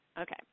Okay